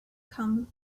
come